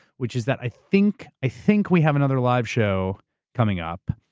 which is that i think, i think we have another live show coming up.